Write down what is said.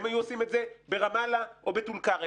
הם היו עושים את זה ברמאללה או בטול כרם.